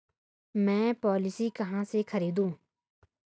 मैं पॉलिसी कहाँ से खरीदूं?